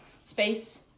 Space